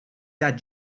that